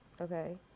Okay